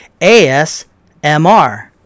ASMR